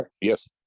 Yes